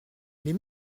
les